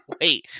wait